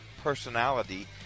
personality